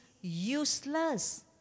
useless